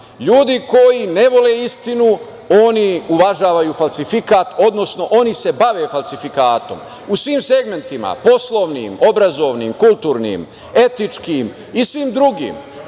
Ljudi koji ne vole istinu oni uvažavaju falsifikat, odnosno oni se bave falsifikatom u svim segmentima, poslovnim, obrazovnim, kulturnim, etičkim i svim drugim.